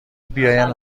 بیایند